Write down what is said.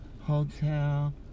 Hotel